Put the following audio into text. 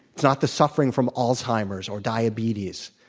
it's not the suffering from alzheimer's or diabetes.